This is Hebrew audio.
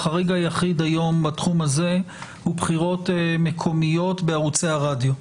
החריג היחיד היום בתחום הזה הוא בחירות מקומיות בערוצי הרדיו.